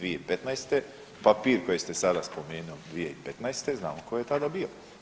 2015., papir koji ste sada spomenuli 2015., znamo tko je tada bio.